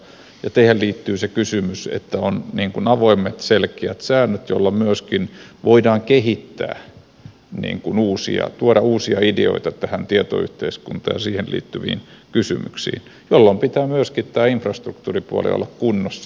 tähän liittyy se kysymys että on avoimet selkeät säännöt jolloin myöskin voidaan tuoda uusia ideoita tähän tietoyhteiskuntaan ja siihen liittyviin kysymyksiin jolloin pitää myöskin tämä infrastruktuuripuoli olla kunnossa